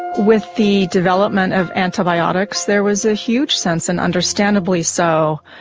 with the development of antibiotics there was a huge sense, and understandably so,